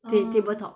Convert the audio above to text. uh ta~ table top